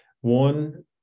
one